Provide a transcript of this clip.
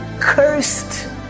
cursed